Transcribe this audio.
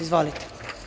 Izvolite.